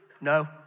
no